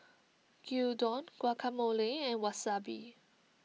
Gyudon Guacamole and Wasabi